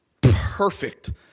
perfect